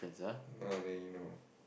know then you know